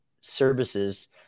services